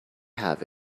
have